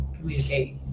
communicate